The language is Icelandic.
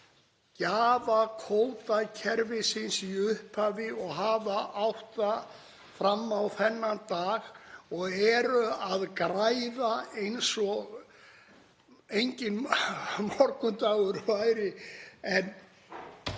gjafakvótakerfisins í upphafi og hafa átt það fram á þennan dag og eru að græða eins og enginn morgundagur væri.